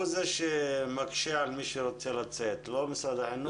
משרד האוצר הוא זה שמקשה על מי שרוצה לצאת לפנסיה ולא משרד החינוך.